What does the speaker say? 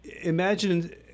imagine